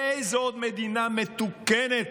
באיזו עוד מדינה מתוקנת,